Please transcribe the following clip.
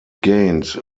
gained